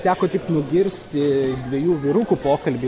teko tik nugirsti dviejų vyrukų pokalbį